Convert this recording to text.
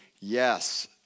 Yes